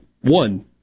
One